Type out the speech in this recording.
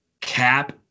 Cap